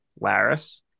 Laris